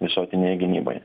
visuotinėje gynyboje